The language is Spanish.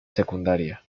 secundaria